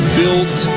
built